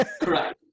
Correct